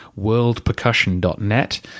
worldpercussion.net